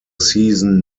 season